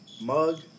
Mug